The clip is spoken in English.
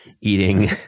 eating